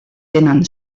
tenen